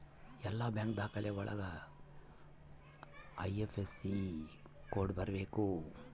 ಎಲ್ಲ ಬ್ಯಾಂಕ್ ದಾಖಲೆ ಒಳಗ ಐ.ಐಫ್.ಎಸ್.ಸಿ ಕೋಡ್ ಬರೀಬೇಕು